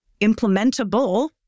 implementable